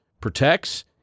protects